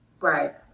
right